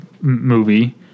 movie